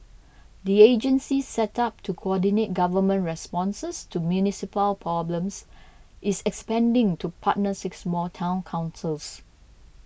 the agency set up to coordinate government responses to municipal problems is expanding to partner six more Town Councils